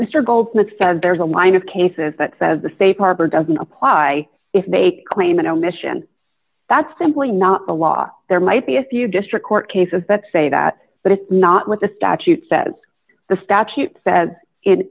goldsmith says there's a line of cases that says the safe harbor doesn't apply if they claim an omission that's simply not the law there might be a few district court cases that say that but it's not what the statute says the statute says in